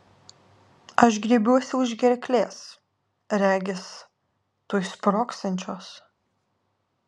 aš griebiuosi už gerklės regis tuoj sprogsiančios